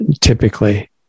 typically